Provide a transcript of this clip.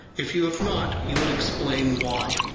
if you have not, you would explain why.